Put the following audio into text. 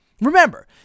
Remember